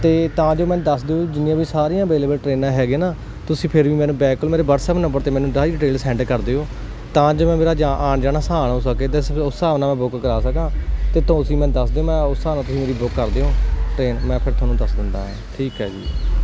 ਤੇ ਤਾਂ ਜੋ ਮੈਂ ਦੱਸ ਦਿਓ ਜਿੰਨੀਆਂ ਵੀ ਸਾਰੀਆਂ ਅਵੇਲੇਬਲ ਟ੍ਰੇਨਾਂ ਹੈਗੀਆਂ ਨਾ ਤੁਸੀਂ ਫਿਰ ਵੀ ਮੈਨੂੰ ਬੈਕ ਮੇਰੇ ਵਟਸਐਪ ਨੰਬਰ ਤੇ ਮੈਨੂੰ ਸਾਰੀ ਡਿਟੇਲ ਸੈਂਡ ਕਰ ਦਿਓ ਤਾਂ ਜੋ ਮੇਰਾ ਜਾ ਆਣ ਜਾਣਾ ਆਸਾਨ ਹੋ ਸਕੇ ਉਸ ਹਿਸਾਬ ਨਾਲ ਬੁੱਕ ਕਰਾ ਸਕਾ ਤੇ ਤੁਸੀਂ ਮੈਨੂੰ ਦੱਸ ਦੇ ਮੈਂ ਉਸ ਹਿਸਾਬ ਨਾਲ ਤੁਸੀਂ ਬੁਕ ਕਰ ਦਿਓ ਟਰੇਨ ਤੇ ਮੈਂ ਫਿਰ ਤੁਹਾਨੂੰ ਦੱਸ ਦਿੰਦਾ ਠੀਕ ਐ ਜੀ